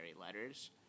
letters